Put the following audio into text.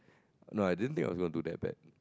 no I didn't think also do that bad